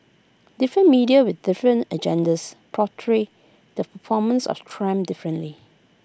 different media with different agendas portray the performance of Trump differently